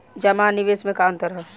जमा आ निवेश में का अंतर ह?